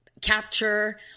capture